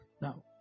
Now